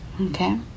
Okay